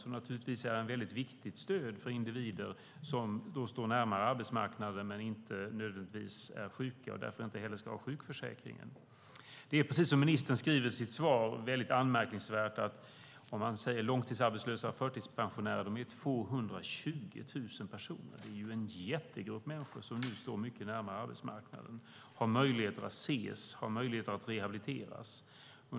Det är naturligtvis ett viktigt stöd för individer som står närmare arbetsmarknaden men inte nödvändigtvis är sjuka och därför inte heller ska finnas i sjukförsäkringen. Ministern sade i sitt svar att det är anmärkningsvärt att det finns 220 000 långtidsarbetslösa och förtidspensionärer. Det är en jättegrupp människor som nu står mycket närmare arbetsmarknaden. De kan ses och rehabiliteras.